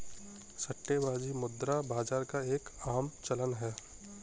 सट्टेबाजी मुद्रा बाजार का एक आम चलन है